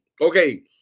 Okay